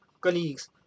colleagues